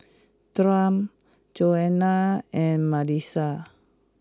Dawne Joanna and Milas